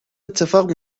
اتفاق